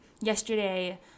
yesterday